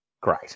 great